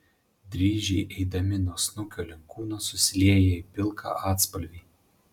dryžiai eidami nuo snukio link kūno susilieja į pilką atspalvį